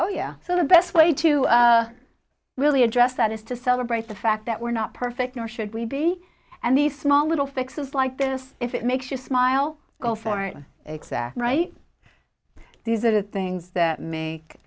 oh yeah so the best way to really address that is to celebrate the fact that we're not perfect nor should we be and these small little fixes like this if it makes you smile go for an exact right these are the things that make